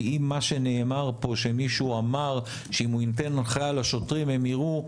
כי אם מישהו אמר פה שאם הוא ייתן הנחיה לשוטרים הם יירו,